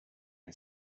who